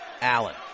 Allen